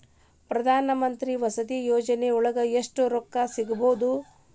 ಪ್ರಧಾನಮಂತ್ರಿ ವಸತಿ ಯೋಜನಿಯೊಳಗ ಎಷ್ಟು ರೊಕ್ಕ ಸಿಗಬೊದು?